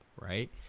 right